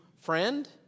friend